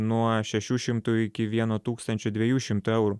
nuo šešių šimtų iki vieno tūkstančio dviejų šimtų eurų